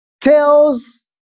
tells